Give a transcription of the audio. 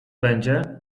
będzie